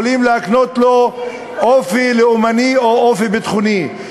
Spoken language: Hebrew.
יכולים להקנות לו אופי לאומני או אופי ביטחוני.